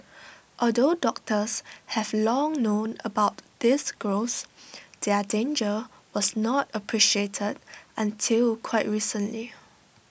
although doctors have long known about these growths their danger was not appreciated until quite recently